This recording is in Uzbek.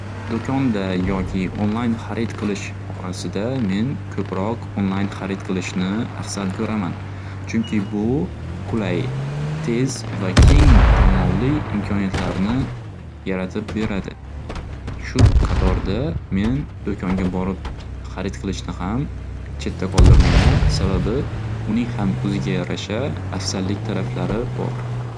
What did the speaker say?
Do'konda yoki onlayn xarid qilish orasida men ko'proq onlayn xarid qilishni afzal ko'raman. Chunki bu qulay, tez va keng tanlovli imkoniyatlarni yaratib beradi. Shu qatorda men do'konga borib xarid qilishni ham chetda qoldirmayman. Sababi uning ham o'ziga yarasha afzallik taraflari bor.